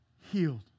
healed